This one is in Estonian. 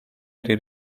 eri